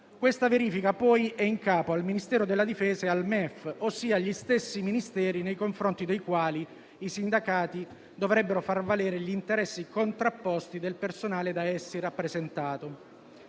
Questa verifica poi è in capo al Ministero della difesa e al Ministero dell'economia e delle finanze, ossia agli stessi Ministeri nei confronti dei quali i sindacati dovrebbero far valere gli interessi contrapposti del personale da essi rappresentato.